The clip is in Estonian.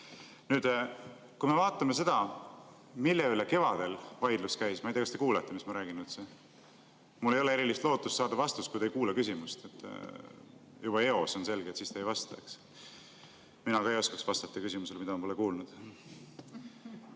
meile. Nüüd, kui me vaatame seda, mille üle kevadel vaidlus käis … Ma ei tea, kas te kuulete, mis ma räägin. Mul ei ole erilist lootust saada vastust, kui te ei kuula küsimust. Juba eos on selge, et siis te ei vasta, eks. Mina ka ei oskaks vastata küsimusele, mida ma pole kuulnud.